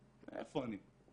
איפה אני.